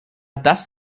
das